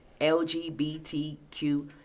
LGBTQ